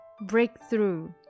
Breakthrough